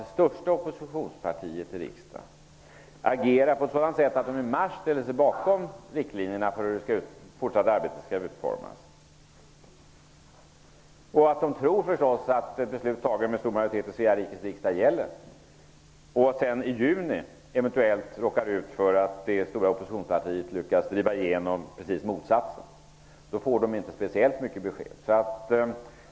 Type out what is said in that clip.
De tror förstås att det beslut som fattades med en stor majoritet i Svea rikes riksdag gäller. Det största oppositionspartiet i riksdagen ställde sig i mars bakom riktlinjerna för hur det fortsatta arbetet skulle utformas. I juni lyckas eventuellt det stora oppositionspartiet driva igenom precis motsatsen. Då får dessa människor inte speciellt mycket till besked.